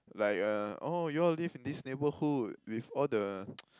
like uh oh you all live in this neighbourhood with all the